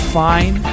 fine